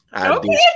Okay